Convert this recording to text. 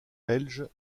belge